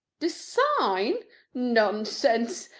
design nonsense!